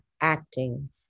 acting